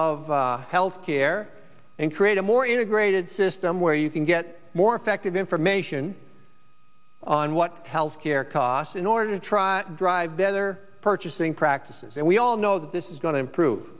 of health care and create a more integrated system where you can get more effective information on what health care costs in order to try to drive the other purchasing practices and we all know that this is going to improve